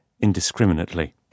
indiscriminately